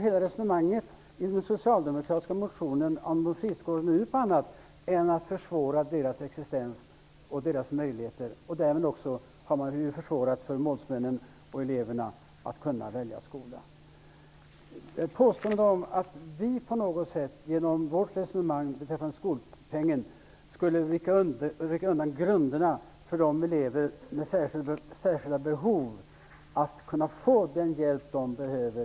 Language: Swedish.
Hela resonemanget om friskolor i den socialdemokratiska motionen går inte ut på annat än att försvåra deras existens och försämra deras möjligheter. Därmed försvårar man också för målsmännen och eleverna att välja skola. Jag avvisar å det bestämdaste påståendet om att vi genom vårt resonemang om skolpengen skulle rycka undan grunderna för att de elever med särskilda behov skall kunna få den hjälp de behöver.